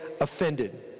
offended